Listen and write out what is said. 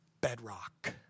bedrock